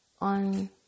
on